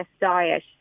diet